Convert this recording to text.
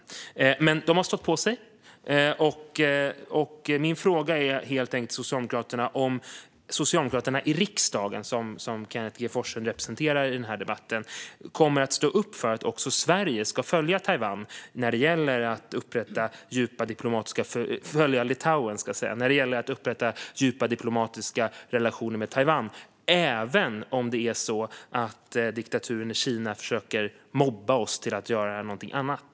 Litauen har dock stått på sig. Min fråga till Socialdemokraterna är helt enkelt om Socialdemokraterna i riksdagen, som Kenneth G Forslund representerar i den här debatten, kommer att stå upp för att också Sverige ska följa Litauen när det gäller att upprätta djupa diplomatiska relationer med Taiwan - även om det är så att diktaturen i Kina försöker mobba oss till att göra någonting annat.